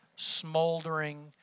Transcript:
smoldering